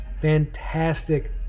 fantastic